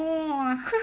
!wah!